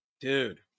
Dude